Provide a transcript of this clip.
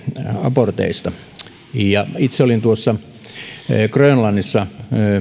aborteista itse olin grönlannissa